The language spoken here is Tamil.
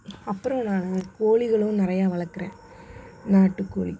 அப்றம் நான் கோழிகளும் நிறையா வளர்க்குறேன் நாட்டுக்கோழி